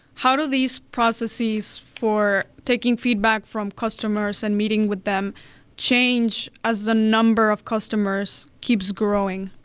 how do these processes for taking feedback from customers and meeting with them change as the number of customers keeps growing?